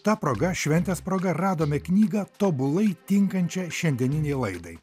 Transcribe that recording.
ta proga šventės proga radome knygą tobulai tinkančią šiandieninei laidai